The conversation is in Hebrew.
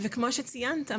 אז בדיוק כמו שאמרת חברת הכנסת,